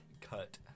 cut